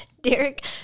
Derek